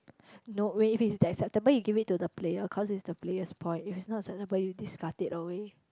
no wait if it's acceptable you give to the player cause it's the player's point if it's not acceptable you discard it away